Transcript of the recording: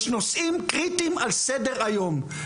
יש נושאים קריטיים על סדר-היום.